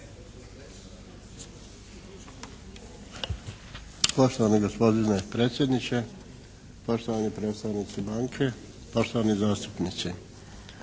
Poštovani gospodine predsjedniče, poštovani predstavnici banke, poštovani zastupnici.